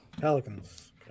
Pelicans